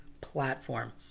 platform